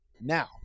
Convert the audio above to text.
Now